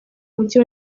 mujyi